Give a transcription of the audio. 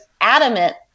adamant